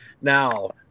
Now